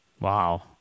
Wow